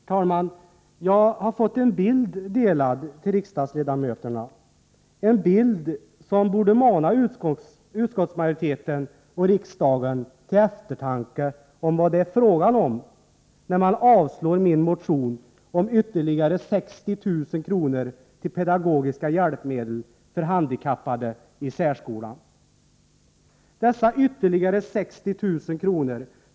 91 Herr talman! Jag har till riksdagsledamöterna fått en bild utdelad som borde mana utskottsmajoriteten till eftertanke om vad det är fråga om, när den avstyrker min motion om ytterligare 60 000 kr. till pedagogiska hjälpmedel för handikappade i särskolan. Dessa 60 000 kr.